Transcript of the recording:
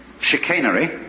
chicanery